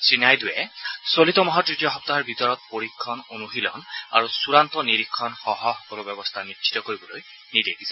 শ্ৰীনাইডুৱে চলিত মাহৰ তৃতীয় সপ্তাহৰ ভিতৰত পৰীক্ষণ অনুশীলন আৰু চূড়ান্ত নিৰীক্ষণসহ সকলো ব্যৱস্থা নিশ্চিত কৰিবলৈ নিৰ্দেশ দিছে